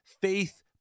Faith